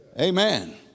Amen